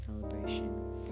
celebration